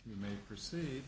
you may perceive